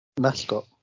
mascot